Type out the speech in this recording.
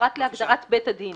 פרט להגדרת בית הדין.